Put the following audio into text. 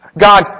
God